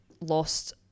lost